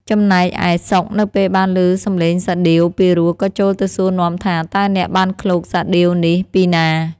ចំណែកឯ សុខនៅពេលបានឮសំឡេងសាដៀវពីរោះក៏ចូលទៅសួរនាំថា “តើអ្នកបានឃ្លោកសាដៀវនេះពីណា?”។